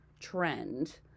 trend